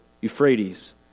Euphrates